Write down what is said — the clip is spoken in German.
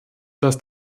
dass